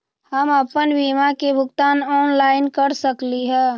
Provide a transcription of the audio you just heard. हम अपन बीमा के भुगतान ऑनलाइन कर सकली ह?